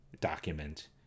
document